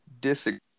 disagree